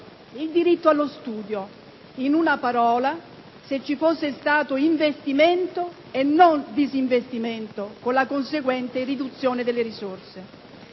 il diritto allo studio: in una parola, se ci fosse stato investimento e non disinvestimento, con la conseguente riduzione delle risorse.